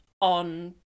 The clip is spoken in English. on